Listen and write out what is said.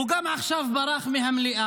הוא גם ברח עכשיו מהמליאה,